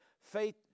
faith